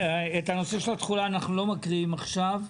את הנושא של התחולה אנחנו לא מקריאים עכשיו.